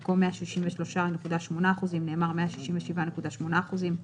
במקום "163.8%" נאמר "167.8%";